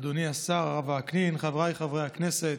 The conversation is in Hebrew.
אדוני השר הרב וקנין, חבריי חברי הכנסת,